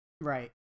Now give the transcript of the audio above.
Right